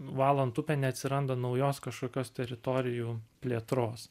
valant upę neatsiranda naujos kažkokios teritorijų plėtros